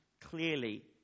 clearly